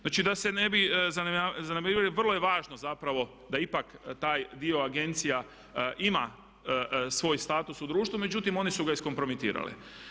Znači, da se ne bi zanemarivalo vrlo je važno zapravo da ipak taj dio agencija ima svoj status u društvu međutim oni su ga iskompromitirali.